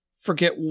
forget